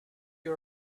you